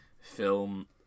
film